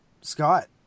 scott